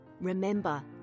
Remember